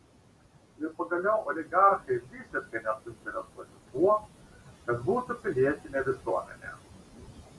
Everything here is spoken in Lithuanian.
ir pagaliau oligarchai visiškai nesuinteresuoti tuo kad būtų pilietinė visuomenė